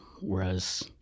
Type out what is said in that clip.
whereas